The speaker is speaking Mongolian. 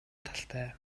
талтай